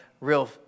real